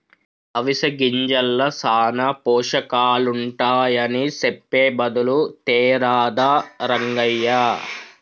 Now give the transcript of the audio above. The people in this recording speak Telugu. అవిసె గింజల్ల సానా పోషకాలుంటాయని సెప్పె బదులు తేరాదా రంగయ్య